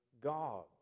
God